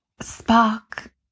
spark